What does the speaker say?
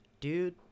dude